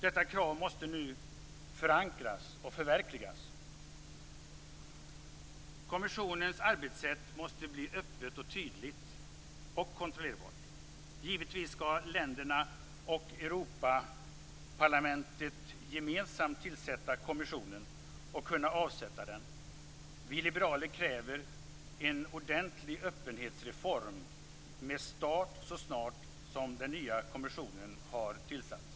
Detta krav måste nu förankras och förverkligas. Kommissionens arbetssätt måste bli öppet, tydligt och kontrollerbart. Givetvis skall länderna och Europaparlamentet gemensamt tillsätta kommissionen och kunna avsätta den. Vi liberaler kräver en ordentlig öppenhetsreform med start så snart som den nya kommissionen har tillsatts.